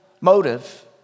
motive